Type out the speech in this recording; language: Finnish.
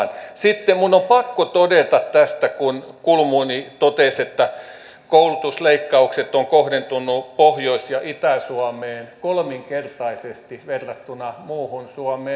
sitten minun on pakko todeta tästä kun kulmuni totesi että koulutusleikkaukset ovat kohdentuneet pohjois ja itä suomeen kolminkertaisesti verrattuna muuhun suomeen